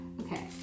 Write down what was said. Okay